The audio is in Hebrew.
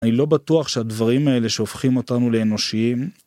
אני לא בטוח שהדברים האלה שהופכים אותנו לאנושיים..